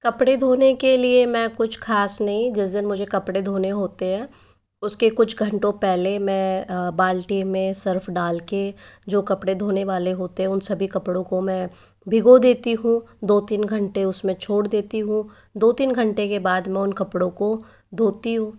कपड़े धोने के लिए मैं कुछ खास नहीं जिस दिन मुझे कपड़े धोने होते है उसके कुछ घंटों पहले मैं बाल्टी में सर्फ़ डाल कर जो कपड़े धोने वाले होते हैं उन सभी कपड़ों को मैं भिगो देती हूँ दो तीन घंटे उसमें छोड़ देती हूँ दो तीन घंटों के बाद में उन कपड़ो को धोती हूँ